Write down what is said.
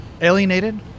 alienated